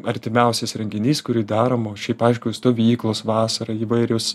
artimiausias renginys kurį darom o šiaip aišku stovyklos vasarą įvairios